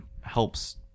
helps